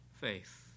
faith